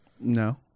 No